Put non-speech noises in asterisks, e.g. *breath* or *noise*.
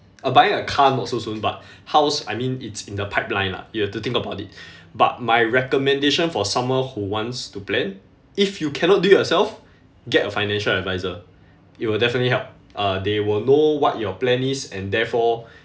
uh buying a car not so soon but house I mean it's in the pipeline lah you have to think about it *breath* but my recommendation for someone who wants to plan if you cannot do yourself get a financial adviser it will definitely help uh they will know what your plan is and therefore *breath*